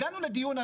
הגענו לדיון,